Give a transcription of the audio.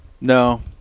no